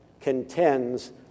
contends